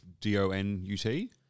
D-O-N-U-T